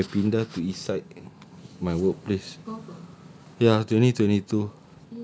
lagi if I pindah to east side my workplace ya twenty twenty two